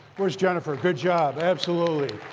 where's jennifer? good job. absolutely.